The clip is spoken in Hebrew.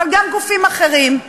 אבל גם גופים אחרים,